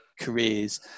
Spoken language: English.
careers